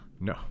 No